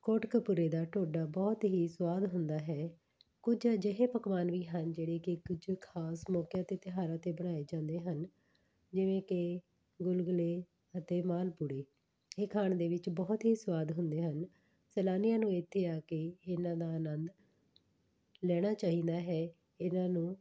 ਕੋਟਕਪੁਰੇ ਦਾ ਢੋਡਾ ਬਹੁਤ ਹੀ ਸਵਾਦ ਹੁੰਦਾ ਹੈ ਕੁਝ ਅਜਿਹੇ ਪਕਵਾਨ ਵੀ ਹਨ ਜਿਹੜੇ ਕਿ ਕੁਝ ਖਾਸ ਮੌਕਿਆਂ ਅਤੇ ਤਿਉਹਾਰਾਂ 'ਤੇ ਬਣਾਏ ਜਾਂਦੇ ਹਨ ਜਿਵੇਂ ਕਿ ਗੁਲਗੁਲੇ ਅਤੇ ਮਾਲਪੂੜੇ ਇਹ ਖਾਣ ਦੇ ਵਿੱਚ ਬਹੁਤ ਹੀ ਸਵਾਦ ਹੁੰਦੇ ਹਨ ਸੈਲਾਨੀਆਂ ਨੂੰ ਇੱਥੇ ਆ ਕੇ ਇਹਨਾਂ ਦਾ ਆਨੰਦ ਲੈਣਾ ਚਾਹੀਦਾ ਹੈ ਇਹਨਾਂ ਨੂੰ